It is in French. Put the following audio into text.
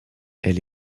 elle